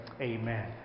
Amen